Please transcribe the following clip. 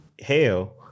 Hell